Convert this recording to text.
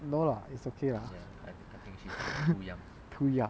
no lah it's okay lah too young